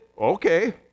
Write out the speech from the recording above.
okay